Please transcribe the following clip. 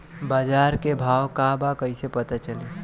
बाजार के भाव का बा कईसे पता चली?